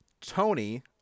Tony